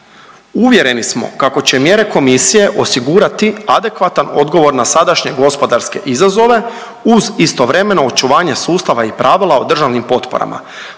Uvjereni smo kako će mjere Komisije osigurati adekvatan odgovor na sadašnje gospodarske izazove uz istovremeno očuvanje sustava i pravila o državnim potporama